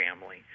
family